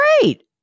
great